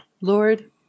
Lord